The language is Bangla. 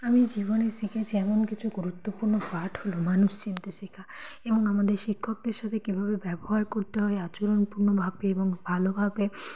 আমি জীবনে শিখেছি এমন কিছু গুরুত্বপূর্ণ পাঠ হলো মানুষ চিনতে শেখা এবং আমাদের শিক্ষকদের সাথে কীভাবে ব্যবহার করতে হয় আচরণপূর্ণভাবে এবং ভালোভাবে